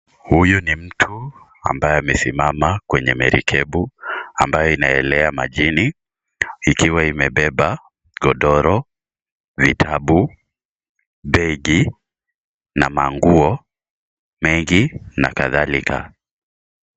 Huyu mi mtu ambaye amesimama kwenye merikebu, ambaye inaelea majini, ikiwa imebeba, godoro, vitabu, begi, na manguo, mengi nakatharika.